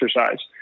exercise